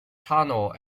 tunnel